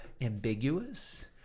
ambiguous